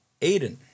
Aiden